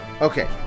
okay